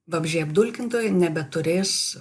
vabzdžiai apdulkintojai nebeturės